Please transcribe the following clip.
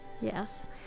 Yes